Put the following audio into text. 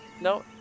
No